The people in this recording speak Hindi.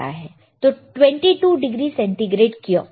तो 22 डिग्री सेंटीग्रेड क्यों